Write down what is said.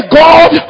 god